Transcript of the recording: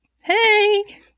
Hey